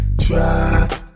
try